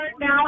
now